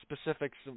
specifics